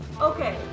Okay